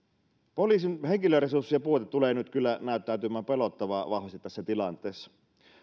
poliisin henkilöresurssien puute tulee kyllä nyt näyttäytymään pelottavan vahvasti tässä tilanteessa